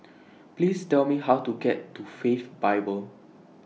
Please Tell Me How to get to Faith Bible